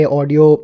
audio